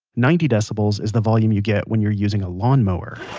ninety decibels is the volume you get when you're using a lawnmower.